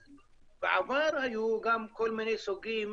בעבר היו גם כל מיני סוגים